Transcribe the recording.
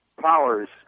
powers